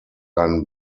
einen